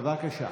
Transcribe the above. בבקשה.